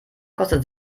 kostet